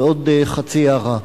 ועוד חצי הערה: